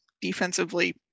defensively